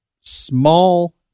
small